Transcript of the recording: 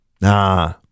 nah